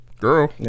girl